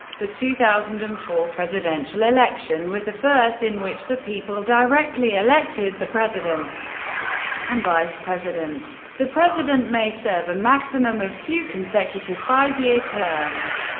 the two thousand and four presidential election was the first in which the people directly elected the president and vice-president. the president may serve a maximum of two consecutive five-year terms.